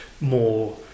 more